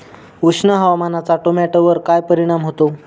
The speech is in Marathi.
उष्ण हवामानाचा टोमॅटोवर काय परिणाम होतो?